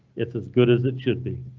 it's as good as it should be.